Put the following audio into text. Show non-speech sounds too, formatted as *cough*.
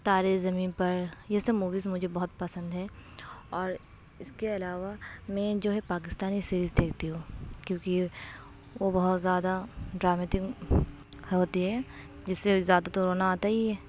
تارے زمیں پر یہ سب موویز مجھے بہت پسند ہیں اور اس کے علاوہ میں جو ہے پاکستانی سیریز دیکھتی ہوں کیوںکہ وہ بہت زیادہ ڈرامیٹک ہوتی ہے جس سے *unintelligible* زیادہ تو رونا آتا ہی ہے